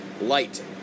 light